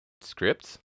Scripts